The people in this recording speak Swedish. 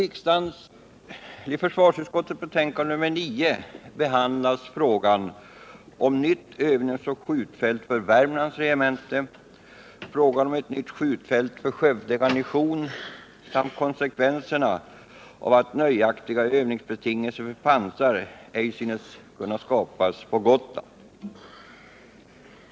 I försvarsutskottets betänkande nr 9 behandlas frågan om nytt övningsoch skjutfält för Värmlands regemente, frågan om ett nytt skjutfält för Skövde garnison samt konsekvenserna av att nöjaktiga övningsbetingelser för pansar ej synes kunna skapas på Gotland.